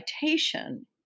citation